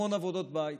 המון עבודות בית.